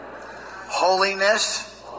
Holiness